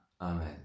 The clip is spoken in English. Amen